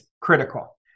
critical